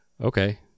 okay